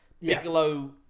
bigelow